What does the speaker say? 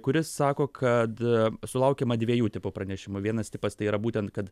kuris sako kad sulaukiama dviejų tipų pranešimų vienas tipastai yra būtent kad